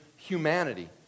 humanity